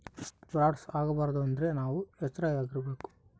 frauds ಆಗಬಾರದು ಅಂದ್ರೆ ನಾವ್ ಎಚ್ರ ಇರ್ಬೇಕು